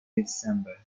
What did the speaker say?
december